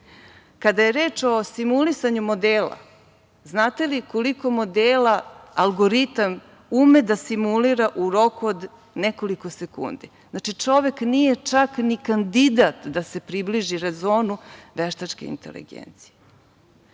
je reč o simuliranju modela, znate li koliko modela algoritam ume da simulira u roku od nekoliko sekundi? Znači, čovek nije čak ni kandidat da se približi rezonu veštačke inteligencije.